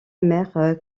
mère